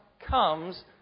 comes